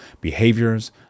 behaviors